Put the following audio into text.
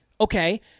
Okay